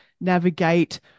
navigate